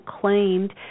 claimed